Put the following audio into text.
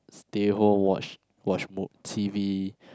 stay home watch watch mo~ T_V